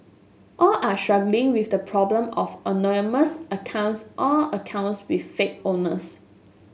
all are struggling with the problem of anonymous accounts or accounts with fake owners